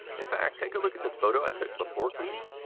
in fact, take a look at this photo i took before cleaning,